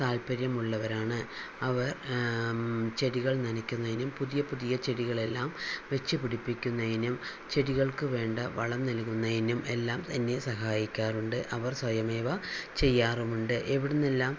താല്പര്യമുള്ളവരാണ് അവർ ചെടികൾ നനയ്ക്കുന്നതിനും പുതിയ പുതിയ ചെടികളെല്ലാം വെച്ചു പിടിപ്പിക്കുന്നതിനും ചെടികൾക്ക് വേണ്ട വളം നൽകുന്നതിനും എല്ലാം എന്നെ സഹായിക്കാറുണ്ട് അവർ സ്വയമേ അവ ചെയ്യാറുമുണ്ട് എവിടുന്നെല്ലാം